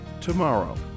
Tomorrow